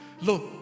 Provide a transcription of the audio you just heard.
look